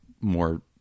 more